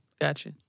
Gotcha